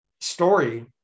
story